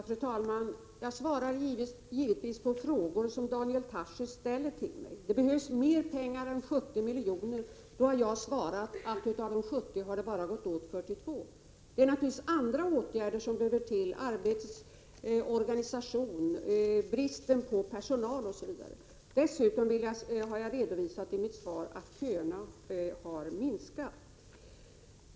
Fru talman! Jag svarar givetvis på frågor som Daniel Tarschys ställer till mig. Han påstår att det behövs mer pengar än 70 milj.kr. Jag svarade att av de 70 milj.kr. har det bara gått åt 42 milj.kr. Det är naturligtvis andra åtgärder som måste till, att förbättra arbetsorganisation, avhjälpa bristen på personal osv. Dessutom redovisade jag i mitt svar att köerna har minskat.